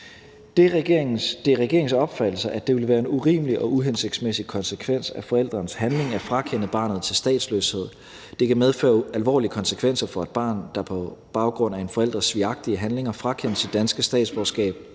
Det er regeringens opfattelse, at det vil være en urimelig og uhensigtsmæssig konsekvens af forældrenes handling at frakende barnet til statsløshed, for det kan medføre alvorlige konsekvenser for et barn, der på baggrund af en forælders svigagtige handlinger frakendes sit danske statsborgerskab